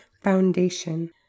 foundation